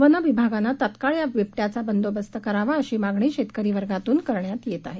one विभागानं तत्काळ या बिबट्याचा बंदोबस्त करावा अशी मागणी शेतकरी वर्गातून करण्यात येत आहे